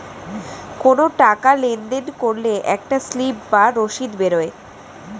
কোনো টাকা লেনদেন করলে একটা স্লিপ বা রসিদ বেরোয়